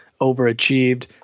overachieved